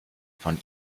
von